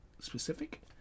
specific